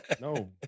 No